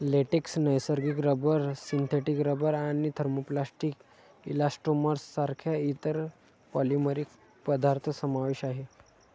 latex, नैसर्गिक rubber, synthetic rubber आणि thermoplastic elastomers सारख्या इतर पॉलिमरिक पदार्थ समावेश आहे